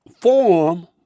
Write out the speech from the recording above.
form